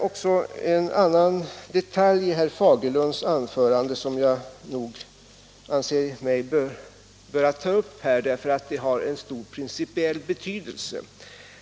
Också en annan detalj i herr Fagerlunds anförande anser jag mig böra ta upp här, eftersom den har stor principiell betydelse.